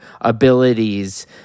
abilities